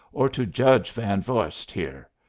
or to judge van vorst here.